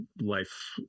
life